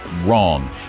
wrong